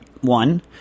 One